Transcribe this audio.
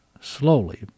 slowly